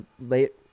late